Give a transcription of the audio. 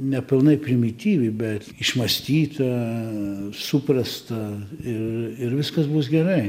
nepilnai primityvi bet išmąstyta suprasta ir ir viskas bus gerai